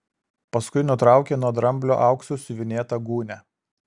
paskui nutraukė nuo dramblio auksu siuvinėtą gūnią